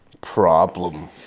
problem